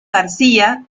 garcía